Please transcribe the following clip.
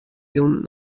jûn